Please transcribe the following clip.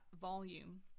volume